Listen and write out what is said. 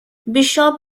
bishop